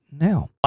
now